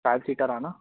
five seater आहे न